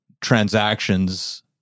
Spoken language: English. transactions